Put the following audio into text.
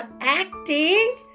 acting